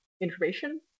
information